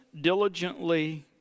diligently